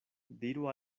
diru